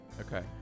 Okay